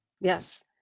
Yes